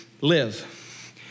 live